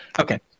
Okay